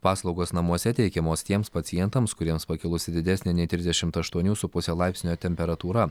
paslaugos namuose teikiamos tiems pacientams kuriems pakilusi didesnė nei trisdešimt aštuonių su puse laipsnio temperatūra